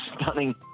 stunning